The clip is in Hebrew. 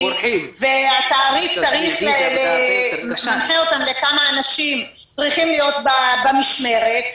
והתעריף מנחה אותם לכמה אנשים צריכים להיות במשמרת,